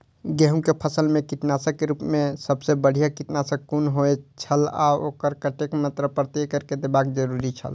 गेहूं के फसल मेय कीटनाशक के रुप मेय सबसे बढ़िया कीटनाशक कुन होए छल आ ओकर कतेक मात्रा प्रति एकड़ देबाक जरुरी छल?